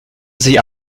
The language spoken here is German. sie